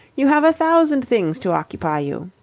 you have a thousand things to occupy you.